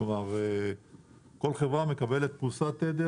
כלומר כל חברה מקבלת פרוסת תדר.